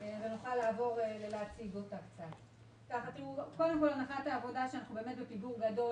העבודה היא שאנחנו בפיגור גדול.